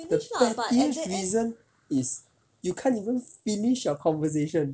the pettiest reason is you can't even finish your conversation